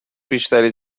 بیشتری